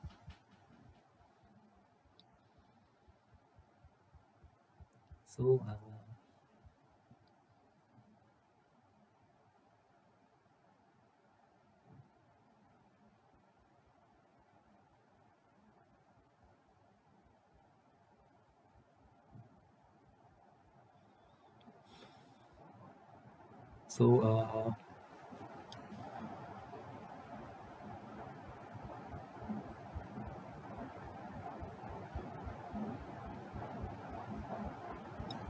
so uh uh so uh